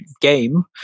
game